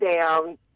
down